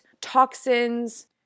toxins